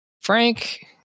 Frank